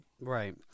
Right